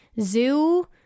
Zoo